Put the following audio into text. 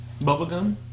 bubblegum